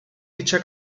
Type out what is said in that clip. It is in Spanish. dicha